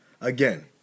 Again